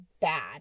bad